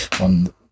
on